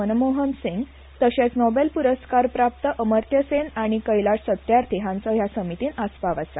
मनमोहन सिंग तशेच नोबेल प्रस्कार प्राप्त अमर्थ्यसेन आनी कैलाश सत्यार्थी हाँचो हया समितीन आसपाव आसा